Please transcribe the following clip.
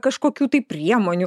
kažkokių tai priemonių